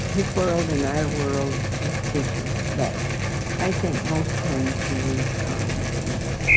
his world and our world was different. but i think most times he used common sense.